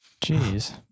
jeez